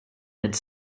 its